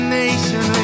nation